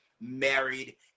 married